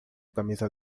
camisa